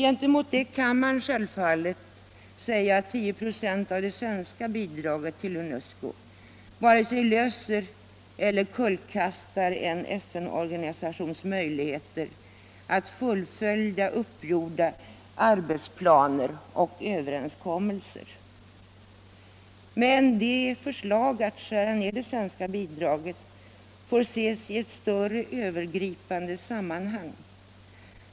Gentemot detta kan man självfallet säga att 10 96 av det svenska bidraget till UNESCO varken skapar eller kullkastar en FN-organisations möjligheter att fullfölja uppgjorda arbetsplaner och överenskommelser. Men förslaget att skära ned det svenska bidraget får ses i ett större övergripande sammanhang.